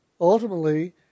Ultimately